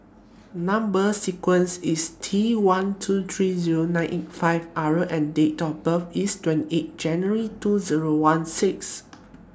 Number sequence IS T one two three Zero nine eight five R and Date of birth IS twenty eight January two Zero one six